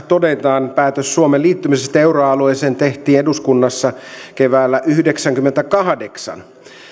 todetaan päätös suomen liittymisestä euroalueeseen tehtiin eduskunnassa keväällä yhdeksänkymmentäkahdeksan